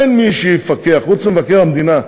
אין מי שיפקח חוץ ממבקר המדינה,